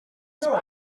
smiled